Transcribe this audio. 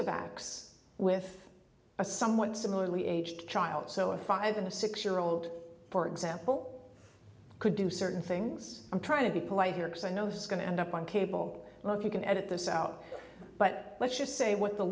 of acts with a somewhat similarly aged child so a five and a six year old for example could do certain things i'm trying to be polite here because i know skin to end up on cable like you can at this out but let's just say what the